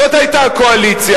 זאת היתה הקואליציה.